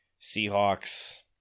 Seahawks